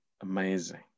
amazing